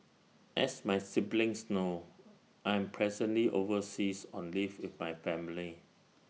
as my siblings know I am presently overseas on leave with my family